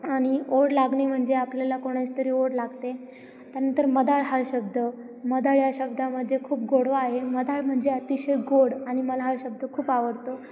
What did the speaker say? आणि ओढ लागणे म्हणजे आपल्याला कोणाची तरी ओढ लागते त्यानंतर मधाळ हा शब्द मधाळ या शब्दामध्ये खूप गोडवा आहे मधाळ म्हणजे अतिशय गोड आणि मला हा शब्द खूप आवडतो